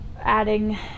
adding